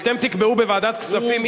ואתם תקבעו בוועדת הכספים,